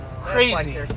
crazy